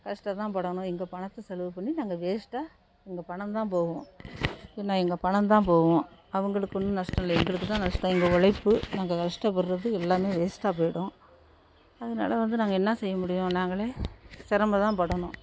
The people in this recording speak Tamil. கஷ்டம் தான் படணும் எங்கள் பணத்தை செலவு பண்ணி நாங்கள் வேஸ்ட்டாக எங்கள் பணம் தான் போகும் என்ன எங்கள் பணம் தான் போகும் அவங்களுக்கு ஒன்றும் நஷ்டம் இல்லை எங்களுக்கு தான் நஷ்டம் எங்கள் உழைப்பு நாங்கள் கஷ்டப்படுகிறது எல்லாம் வேஸ்ட்டாக போயிடும் அதனால வந்து நாங்கள் என்ன செய்ய முடியும் நாங்கள் சிரமம் தான் படணும்